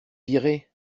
virer